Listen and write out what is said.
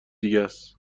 دیگهس